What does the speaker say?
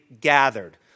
gathered